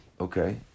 Okay